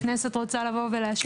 הכנסת רוצה לבוא ולאשר,